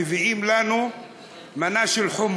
מביאים לנו מנה של חומוס,